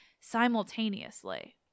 simultaneously